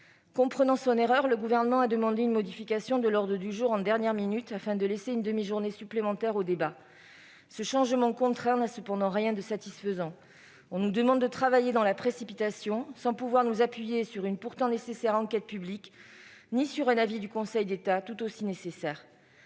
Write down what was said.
Comprenant son erreur, le Gouvernement a demandé une modification de l'ordre du jour en dernière minute afin de permettre une demi-journée supplémentaire de débat. Ce changement contraint n'a cependant rien de satisfaisant. On nous demande de travailler dans la précipitation, sans pouvoir nous appuyer sur une enquête publique, pourtant nécessaire, pas plus que sur un avis du Conseil d'État, tout aussi nécessaire.